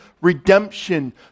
redemption